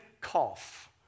cough